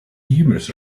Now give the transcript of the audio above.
humorous